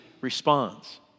responds